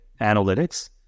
analytics